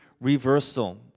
reversal